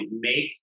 Make